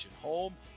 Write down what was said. home